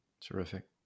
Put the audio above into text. Terrific